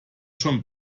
schon